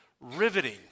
riveting